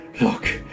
Look